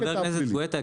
חבר הכנסת גואטה,